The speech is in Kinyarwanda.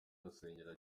rusengero